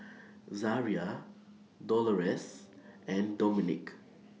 Zaria Dolores and Dominick